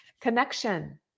connection